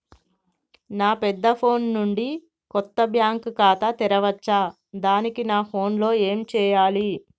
నా పెద్ద ఫోన్ నుండి కొత్త బ్యాంక్ ఖాతా తెరవచ్చా? దానికి నా ఫోన్ లో ఏం చేయాలి?